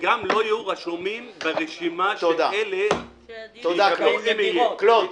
שגם לא יהיו רשומים ברשימה של אלה שזכאים לטיפול.